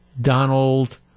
Donald